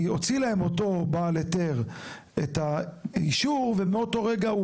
כי הוציא להם אותו בעל היתר את האישור ומאותו רגע,